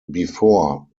before